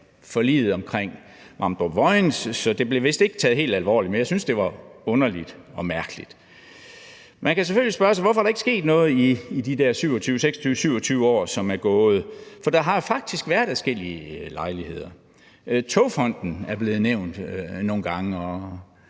forliget omkring Vamdrup-Vojens, så det blev vist ikke taget helt alvorligt, men jeg syntes, det var underligt og mærkeligt. Man kan selvfølgelig spørge sig: Hvorfor er der ikke sket noget i de der 26-27 år, som er gået? For der har jo faktisk været adskillige lejligheder. Togfonden DK er blevet nævnt nogle gange, og